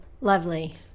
lovely